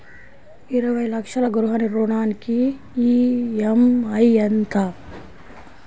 ఇరవై లక్షల గృహ రుణానికి ఈ.ఎం.ఐ ఎంత?